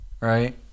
right